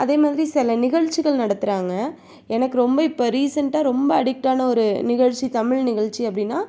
அதே மாதிரி சில நிகழ்ச்சிகள் நடத்துறாங்க எனக்கு ரொம்ப இப்ப ரீசன்ட்டாக ரொம்ப அடிக்ட்டான ஒரு நிகழ்ச்சி தமிழ் நிகழ்ச்சி அப்படின்னா